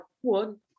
one